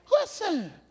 Listen